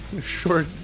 short